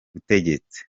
butegetsi